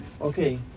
Okay